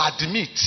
admit